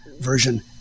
version